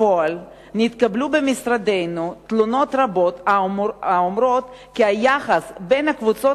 התקבלו במשרדנו תלונות רבות האומרות כי היחס בין הקבוצות